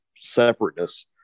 separateness